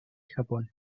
japón